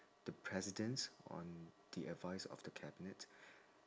the president on the advice of the cabinet